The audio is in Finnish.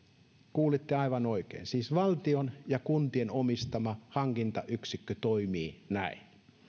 kuulitte aivan oikein siis valtion ja kuntien omistama hankintayksikkö toimii näin